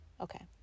Okay